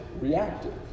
reactive